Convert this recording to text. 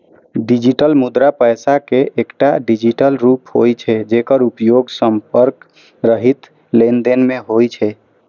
digital मुद्रा पैसा के एकटा डिजिटल रूप होइ छै, जेकर उपयोग संपर्क रहित लेनदेन मे होइ छै